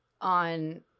on